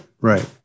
Right